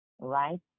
right